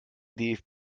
dfb